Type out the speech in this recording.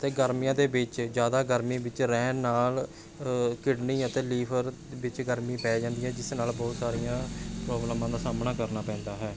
ਅਤੇ ਗਰਮੀਆਂ ਦੇ ਵਿੱਚ ਜ਼ਿਆਦਾ ਗਰਮੀ ਵਿੱਚ ਰਹਿਣ ਨਾਲ ਕਿਡਨੀ ਅਤੇ ਲੀਵਰ ਵਿੱਚ ਗਰਮੀ ਪੈ ਜਾਂਦੀ ਹੈ ਜਿਸ ਨਾਲ ਬਹੁਤ ਸਾਰੀਆਂ ਪ੍ਰੋਬਲਮਾਂ ਦਾ ਸਾਹਮਣਾ ਕਰਨਾ ਪੈਂਦਾ ਹੈ